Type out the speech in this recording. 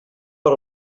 per